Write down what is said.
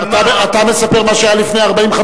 אתה מספר מה שהיה לפני 40,